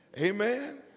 Amen